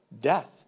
death